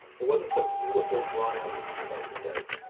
it wasn't some beautiful, drawn-out movie fight, he says.